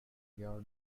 your